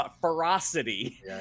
ferocity